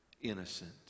innocent